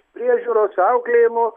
priežiūros auklėjimo